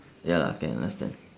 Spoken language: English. ya lah can last turn